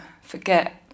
forget